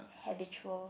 habitual